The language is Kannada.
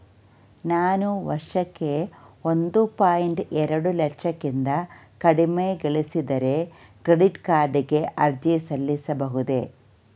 ನಾನು ವರ್ಷಕ್ಕೆ ಒಂದು ಪಾಯಿಂಟ್ ಎರಡು ಲಕ್ಷಕ್ಕಿಂತ ಕಡಿಮೆ ಗಳಿಸಿದರೆ ಕ್ರೆಡಿಟ್ ಕಾರ್ಡ್ ಗೆ ಅರ್ಜಿ ಸಲ್ಲಿಸಬಹುದೇ?